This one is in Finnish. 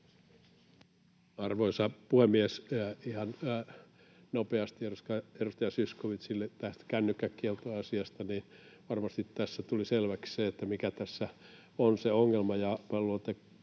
Arvoisa puhemies! Ihan nopeasti edustaja Zyskowiczille tästä kännykkäkieltoasiasta: Varmasti tässä tuli selväksi se, mikä tässä on se ongelma. Minä luulen, että